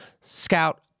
Scout